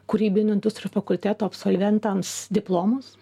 kūrybinių industrijų fakulteto absolventams diplomus